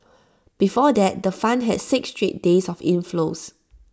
before that the fund had six straight days of inflows